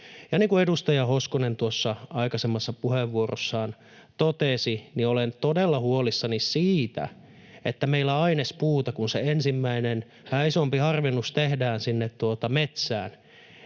kuin edustaja Hoskonen tuossa aikaisemmassa puheenvuorossaan totesi, niin olen todella huolissani ainespuusta. Kun se ensimmäinen vähän isompi harvennus tehdään sinne metsään